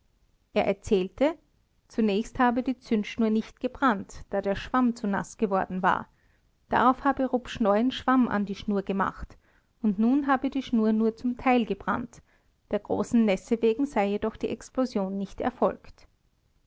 er erzählte zunächst habe die zündschnur nicht gebrannt da der schwamm zu naß geworden war darauf habe rupsch neuen schwamm an die schnur gemacht und nun habe die schnur nur zum teil gebrannt der großen nässe wegen sei jedoch die explosion nicht erfolgt